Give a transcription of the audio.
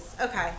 Okay